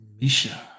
Misha